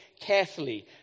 carefully